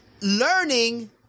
learning